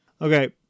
Okay